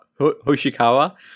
Hoshikawa